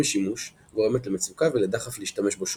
משימוש גורמת למצוקה ולדחף להשתמש בו שוב.